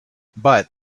but